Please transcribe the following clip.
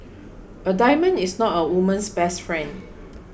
a diamond is not a woman's best friend